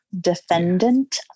Defendant